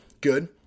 good